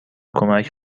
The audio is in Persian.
کمک